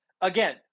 Again